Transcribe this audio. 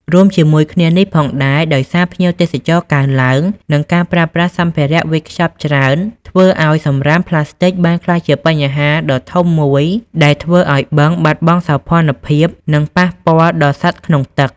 រួមជាមួយគ្នានេះផងដែរ ដោយសារភ្ញៀវទេសចរកើនឡើង និងការប្រើប្រាស់សម្ភារៈវេចខ្ចប់ច្រើន ធ្វើឱ្យសំរាមប្លាស្ទិកបានក្លាយជាបញ្ហាដ៏ធំមួយដែលធ្វើឱ្យបឹងបាត់បង់សោភ័ណភាព និងប៉ះពាល់ដល់សត្វក្នុងទឹក។